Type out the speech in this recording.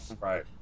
Right